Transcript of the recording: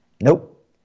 Nope